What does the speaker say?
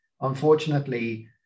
Unfortunately